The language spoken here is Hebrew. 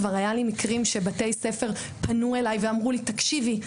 כבר היו לי מקרים שבתי ספר פנו אלי ואמרו לי: תקשיבי,